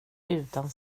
utan